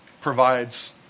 provides